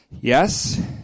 Yes